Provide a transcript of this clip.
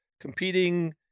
Competing